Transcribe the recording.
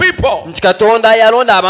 people